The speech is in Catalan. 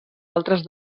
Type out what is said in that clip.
altres